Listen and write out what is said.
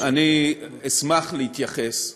כן, אני אשמח להתייחס,